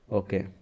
okay